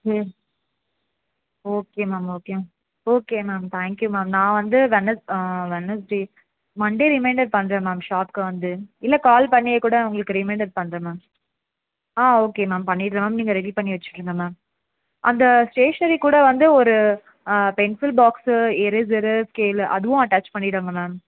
சரி okay ma'am okay ma'am okay ma'am thank you ma'am நான் வந்து வென்னஸ் வென்னஸ்டே மன்டே ரிமைண்டர் பண்ணுறேன் மேம் ஷாப்புக்கு வந்து இல்லை கால் பண்ணி கூட உங்களுக்கு ரிமைண்டர் பண்ணுறேன் மேம் ஆ ஓகே மேம் பண்ணிடுறேன் மேம் நீங்கள் ரெடி பண்ணி வைச்சுடுங்க மேம் அந்த ஸ்டேஷ்னரி கூட வந்து ஒரு பென்சில் பாக்ஸு எரேஸரு ஸ்கேலு அதுவும் அட்டாச் பண்ணிவிடுங்க மேம்